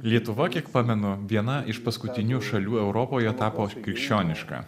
lietuva kiek pamenu viena iš paskutinių šalių europoje tapo krikščioniška